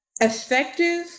Effective